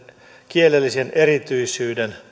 kielellisen erityisyyden